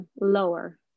lower